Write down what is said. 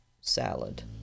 salad